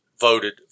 voted